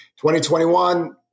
2021